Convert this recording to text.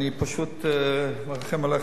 אני פשוט מרחם עליך,